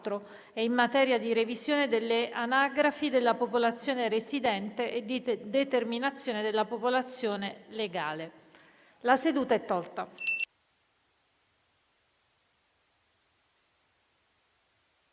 e in materia di revisione delle anagrafi della popolazione residente e di determinazione della popolazione legale, permette agli